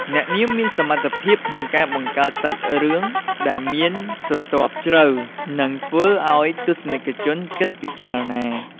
អ្នកនាងមានសមត្ថភាពក្នុងការបង្កើតសាច់រឿងដែលមានស្រទាប់ជ្រៅ និងធ្វើឱ្យទស្សនិកជនគិតពិចារណា។